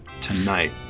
tonight